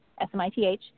S-M-I-T-H